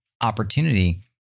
opportunity